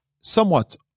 somewhat